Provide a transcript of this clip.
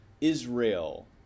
Israel